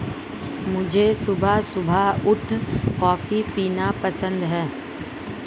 मुझे सुबह सुबह उठ कॉफ़ी पीना पसंद हैं